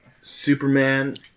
Superman